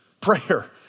Prayer